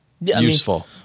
useful